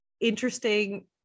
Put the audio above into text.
interesting